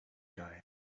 guy